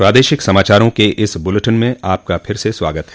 प्रादेशिक समाचारों के इस बुलेटिन में आपका फिर से स्वागत है